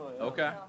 Okay